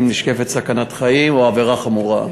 אם נשקפת סכנת חיים או עבירה חמורה.